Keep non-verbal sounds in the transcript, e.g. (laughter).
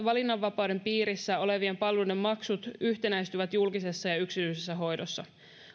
(unintelligible) valinnanvapauden piirissä olevien palveluiden maksut yhtenäistyvät julkisessa ja yksityisessä hoidossa